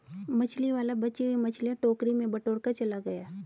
मछली वाला बची हुई मछलियां टोकरी में बटोरकर चला गया